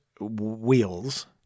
wheels